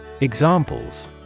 Examples